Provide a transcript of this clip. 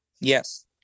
Yes